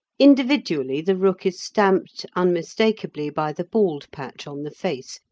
individually the rook is stamped unmistakably by the bald patch on the face,